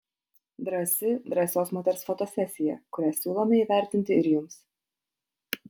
drąsi drąsios moters fotosesija kurią siūlome įvertinti ir jums